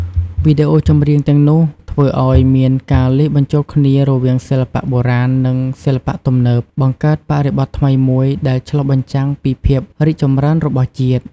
វីដេអូចម្រៀងទាំងនោះធ្វើឲ្យមានការលាយបញ្ចូលគ្នារវាងសិល្បៈបុរាណនឹងសិល្បៈទំនើប បង្កើតបរិបទថ្មីមួយដែលឆ្លុះបញ្ចាំងពីភាពរីកចម្រើនរបស់ជាតិ។